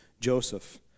Joseph